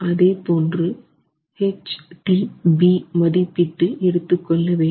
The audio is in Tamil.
அதே போன்று H tB மதிப்பிட்டு எடுத்துக்கொள்ள வேண்டும்